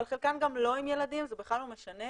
וחלקן גם לא עם ילדים וזה בכלל לא משנה